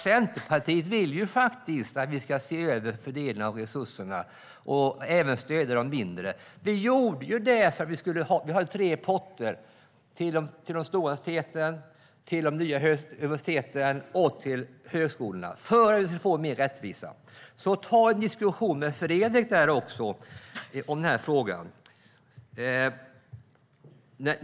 Centerpartiet vill nämligen att vi ska se över fördelningen av resurserna och även stödja de mindre. Vi har tre potter. Det är till de stora universiteten, till de nya universiteten och till högskolorna för att vi ska få mer rättvisa. Ta alltså en diskussion med Fredrik Christensson om den här frågan!